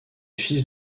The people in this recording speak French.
fils